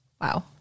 Wow